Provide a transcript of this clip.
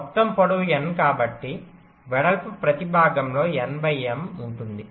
మొత్తం పొడవు n కాబట్టి వెడల్పు ప్రతి విభాగంలో n m ఉంటుంది